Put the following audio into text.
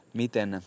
miten